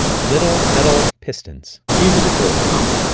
little metal pistons it's easy to create a pump.